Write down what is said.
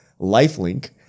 lifelink